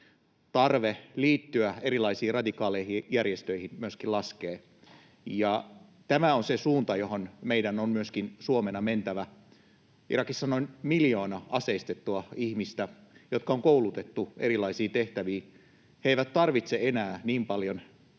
tarve liittyä erilaisiin radikaaleihin järjestöihin myöskin laskee — ja tämä on se suunta, johon meidän on myöskin Suomena mentävä. Irakissa on noin miljoona aseistettua ihmistä, jotka on koulutettu erilaisiin tehtäviin. He eivät tarvitse enää niin paljon aseistusta